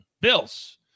Bills